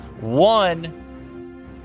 one